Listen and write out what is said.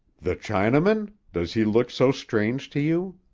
the chinaman? does he look so strange to you?